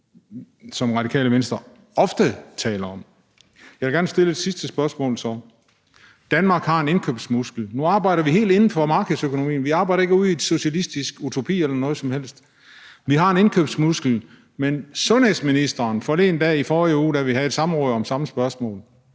som Radikale Venstre ofte taler om. Så vil jeg gerne stille et sidste spørgsmål. Danmark har en indkøbsmuskel – og nu arbejder vi helt inden for markedsøkonomien, vi arbejder ikke ude i en socialistisk utopi eller noget som helst – men forleden dag, i forrige uge, da vi havde et samråd om samme spørgsmål,